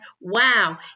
wow